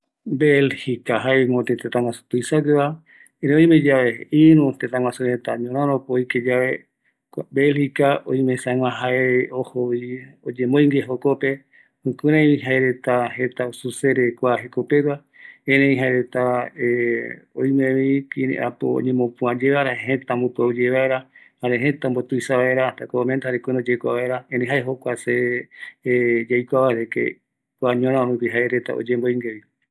Kua belgica, jëräkuavi, oïmesa jaereta oyemboïnguevi, ñorärö rupi, jokoropi oïmeko aipo ouvi supereta yarakaua vaera, jare jukuraï añavë rupi yaikua vaera kua tëtä oiko rämi